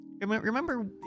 remember